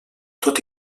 tot